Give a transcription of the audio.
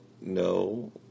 no